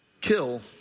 kill